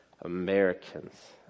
Americans